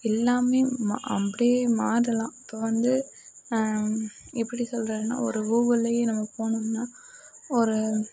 எல்லாமே மா அப்படியே மாறலான் இப்போ வந்து எப்படி சொல்லுறதுனா ஒரு கூகுள்ல நம்ம போனோம்னா ஒரு